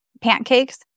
pancakes